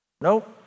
Nope